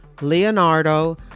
Leonardo